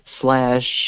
slash